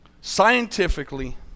Scientifically